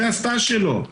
זה הסאטז' שלו, טסט.